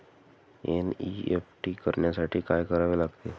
NEFT करण्यासाठी काय करावे लागते?